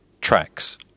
tracks